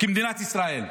כמדינת ישראל,